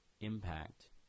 impact